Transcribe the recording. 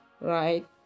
Right